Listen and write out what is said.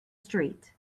street